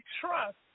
trust